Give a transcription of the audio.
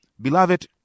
Beloved